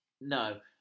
no